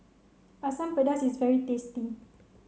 Asam Pedas is very tasty